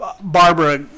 Barbara